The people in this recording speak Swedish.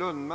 vana.